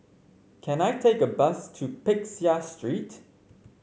can I take a bus to Peck Seah Street